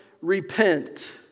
Repent